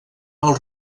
els